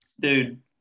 dude